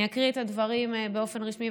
אני אקרא את הדברים באופן רשמי,